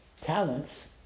talents